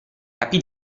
capi